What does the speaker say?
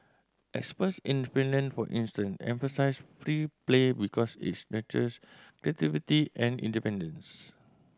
experts in Finland for instance emphasise free play because its nurtures creativity and independence